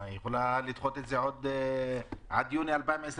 היא יכולה לדחות את זה עד יוני 2021,